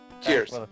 Cheers